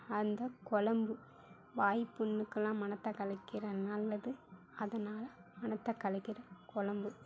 அந்தக் குழம்பு வாய்ப்புண்ணுக்கெல்லாம் மணத்தக்காளி கீரை நல்லது அதனால் மணத்தக்காளி கீரை குழம்பு